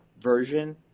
version